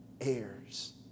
Heirs